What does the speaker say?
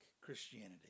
Christianity